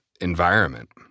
environment